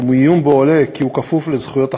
ומעיון בו עולה כי הוא כפוף לזכויות החכירה.